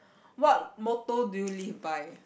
what motto do you live by